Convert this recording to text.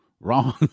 wrong